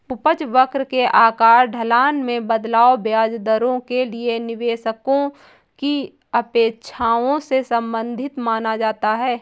उपज वक्र के आकार, ढलान में बदलाव, ब्याज दरों के लिए निवेशकों की अपेक्षाओं से संबंधित माना जाता है